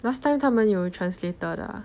last time 他们有 translator 的 ah